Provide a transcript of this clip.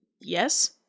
Yes